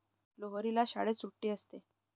लोहरीला शाळेत सुट्टी असते